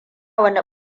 wani